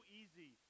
easy